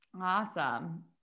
Awesome